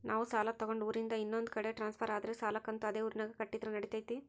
ನಾವು ಸಾಲ ತಗೊಂಡು ಊರಿಂದ ಇನ್ನೊಂದು ಕಡೆ ಟ್ರಾನ್ಸ್ಫರ್ ಆದರೆ ಸಾಲ ಕಂತು ಅದೇ ಊರಿನಾಗ ಕಟ್ಟಿದ್ರ ನಡಿತೈತಿ?